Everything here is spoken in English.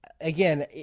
again